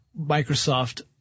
Microsoft